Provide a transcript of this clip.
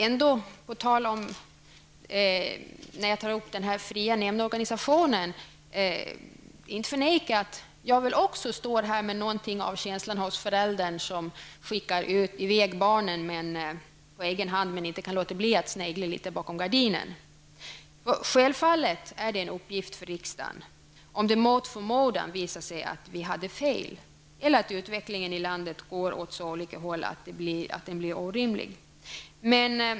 På tal om den fria ndorganisationen vill jag inte förneka att även jag står här med något av känslan hos föräldern som skickar i väg barnen på egen hand, men inte kan låta bli att snegla litet bakom gardinen. Självfallet är det en uppgift för riksdagen om det mot förmodan visar sig att vi hade fel eller att utvecklingen i landet går åt så olika håll att det blir orimligt.